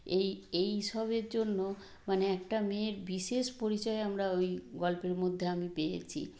এই এই সবের জন্য মানে একটা মেয়ের বিশেষ পরিচয় আমরা ওই গল্পের মধ্যে আমি পেয়েছি